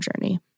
journey